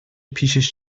پیشش